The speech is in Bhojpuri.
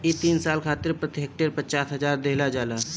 इ तीन साल खातिर प्रति हेक्टेयर पचास हजार देहल जाला